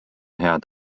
head